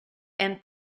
and